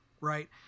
right